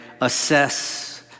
assess